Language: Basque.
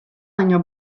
baino